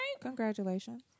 Congratulations